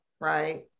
Right